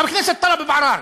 חבר הכנסת טלב אבו עראר,